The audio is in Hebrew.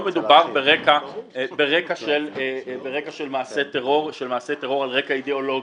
מדובר ברקע של מעשה טרור על רקע אידיאולוגי,